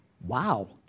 wow